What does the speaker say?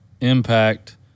impact